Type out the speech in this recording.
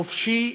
חופשי,